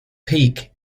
peak